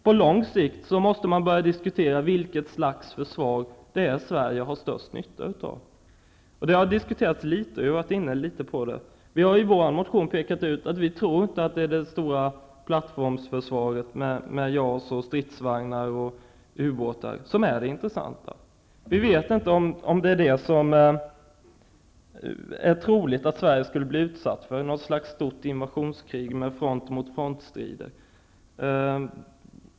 På lång sikt måste man börja diskutera vilket slags försvar som Sverige har störst nytta av. Det har inte diskuterats mycket. Vi har varit inne litet på den frågan. Vi har i vår motion pekat på att vi inte tror att det är det stora plattformsförsvaret med JAS, stridsvagnar och ubåtar som är det intressanta. Vi vet inte om det är troligt att Sverige skulle bli utsatt för något slags stort invationskrig med front-motfront-strider.